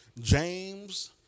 James